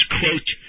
quote